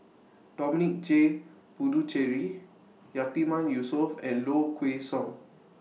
Dominic J Puthucheary Yatiman Yusof and Low Kway Song